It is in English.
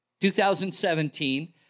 2017